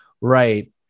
Right